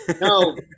No